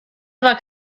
aveva